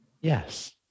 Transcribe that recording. Yes